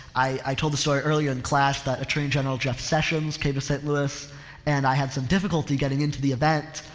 i, i told the story earlier in class that attorney general jeff sessions came to st. louis and i had some difficulty getting into the event.